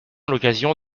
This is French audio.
l’occasion